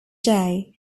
day